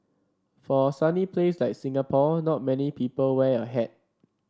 for a sunny place like Singapore not many people wear a hat